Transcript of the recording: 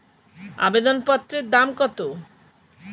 আবেদন পত্রের দাম কত?